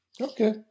Okay